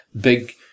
big